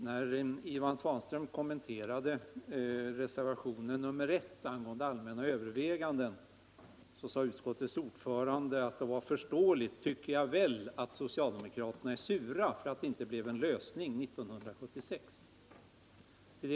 Herr talman! När Ivan Svanström kommenterade reservationen 1 angående allmänna överväganden sade han att det är förståeligt, att socialdemokraterna är sura för att det inte blev en lösning 1976.